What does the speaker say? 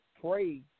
pray